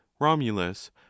romulus